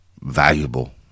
valuable